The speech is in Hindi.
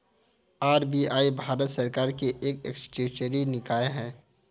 आर.बी.आई भारत सरकार की एक स्टेचुअरी निकाय है